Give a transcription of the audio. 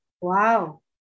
Wow